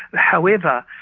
however,